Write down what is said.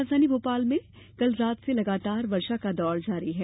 राजधानी भोपाल में भी कल रात से लगातार वर्षा का दौर जारी है